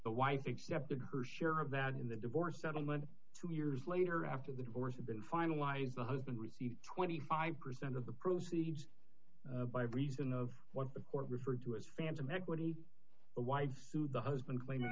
the wife excepted her share of that in the divorce settlement two years later after the divorce had been finalized the husband received twenty five percent of the proceeds by reason of what the court referred to as phantom equity the wives sued the husband claiming